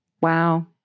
Wow